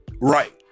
Right